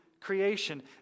creation